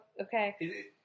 Okay